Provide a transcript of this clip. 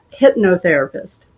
hypnotherapist